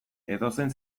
edozein